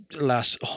last